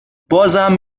بازم